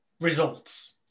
results